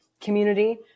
community